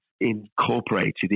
incorporated